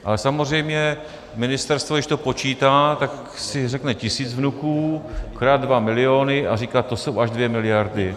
Ale samozřejmě ministerstvo, když to počítá, tak si řekne tisíc vnuků krát 2 miliony, a říká, to jsou až 2 miliardy.